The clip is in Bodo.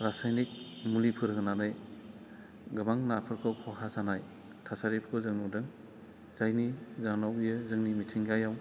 रासायनिक मुलिफोर होनानै गोबां नाफोरखौ खहा जानाय थासारिफोरखौ जों नुदों जायनि जावनाव बियो जोंनि मिथिंगायाव